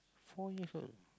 four years old